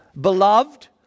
Beloved